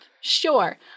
Sure